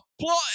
plot